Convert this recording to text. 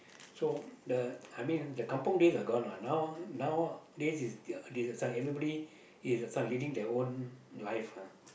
so the I mean the kampung days are gone lah now nowadays is this uh everybody is living their own life lah